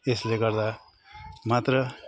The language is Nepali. यसले गर्दा मात्र